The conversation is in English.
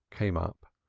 came up,